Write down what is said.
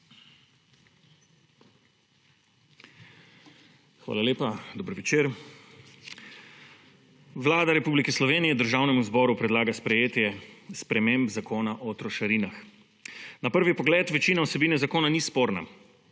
Hvala lepa. Dober večer. Vlada Republike Slovenije Državnemu zboru predlaga sprejetje sprememb Zakona o trošarinah. Na prvi pogled večina vsebine zakona ni sporna.